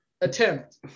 Attempt